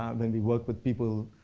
um when we work with people